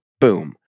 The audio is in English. boom